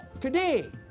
today